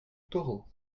taureau